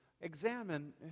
examine